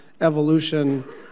evolution